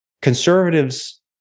conservatives